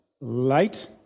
Light